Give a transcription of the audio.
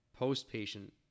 post-patient